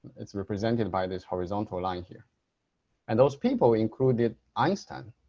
it's represented by this horizontal line here and those people included einstein